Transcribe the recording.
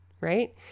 Right